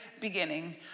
beginning